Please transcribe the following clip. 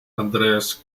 andreas